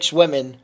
women